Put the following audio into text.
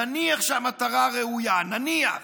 נניח שהמטרה ראויה, נניח,